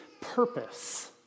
purpose